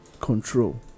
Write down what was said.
control